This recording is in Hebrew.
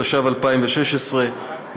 התשע"ו 2016,